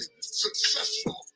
successful